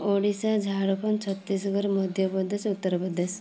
Odisha Jharkhand Chhattisgarh Madhya Pradesh Uttar Pradesh